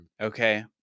Okay